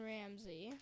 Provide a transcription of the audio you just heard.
Ramsey